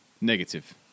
negative